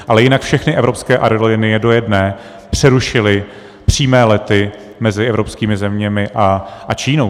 Ale jinak všechny evropské aerolinie do jedné přerušily přímé lety mezi evropskými zeměmi a Čínou.